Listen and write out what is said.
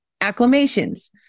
acclamations